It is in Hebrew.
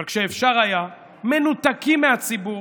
אבל כשאפשר היה, מנותקים מהציבור